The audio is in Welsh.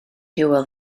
hywel